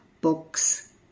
books